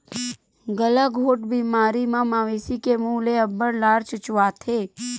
गलाघोंट बेमारी म मवेशी के मूह ले अब्बड़ लार चुचवाथे